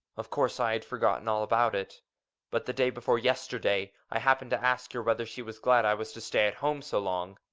of course i had forgotten all about it but the day before yesterday i happened to ask her whether she was glad i was to stay at home so long